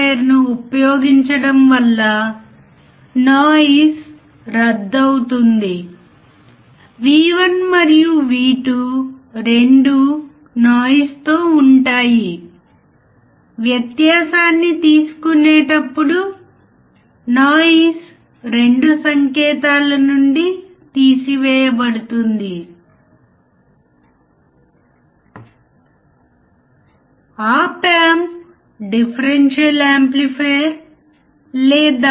కాబట్టి op amp కి ఇచ్చే గరిష్ట పాజిటివ్ మరియు నెగిటివ్ ఇన్పుట్ వోల్టేజ్ తద్వారా ఆప్ ఆంప్ అన్డిస్టార్టెడ్ అవుట్పుట్ను ఇస్తుంది దీన్నిఇన్పుట్ వోల్టేజ్ పరిధి అంటారు